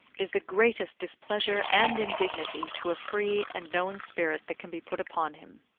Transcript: is the greatest displeasure and indignity to a free and knowing spirit that can be put upon him.